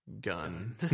Gun